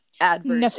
adverse